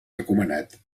recomanat